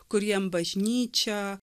kuriem bažnyčia